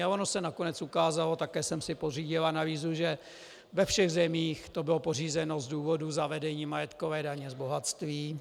A ono se nakonec ukázalo, také jsem si pořídil analýzu, že ve všech zemích to bylo pořízeno z důvodu zavedení majetkové daně z bohatství.